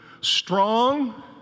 strong